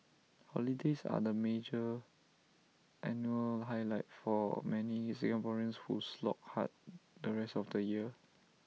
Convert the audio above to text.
holidays are the major annual highlight for many Singaporeans who slog hard the rest of the year